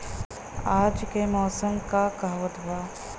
आज क मौसम का कहत बा?